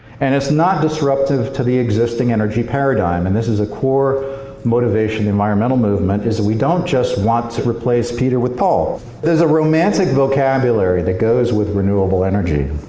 and it's not disruptive to the existing energy paradigm. and this is a core motivation of the environmental movement, is we don't just want to replace peter with paul. there is a romantic vocabulary that goes with renewable energy.